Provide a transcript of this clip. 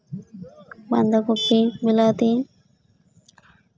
ᱵᱟᱸᱫᱟ ᱠᱚᱯᱤ ᱵᱤᱞᱟᱛᱤ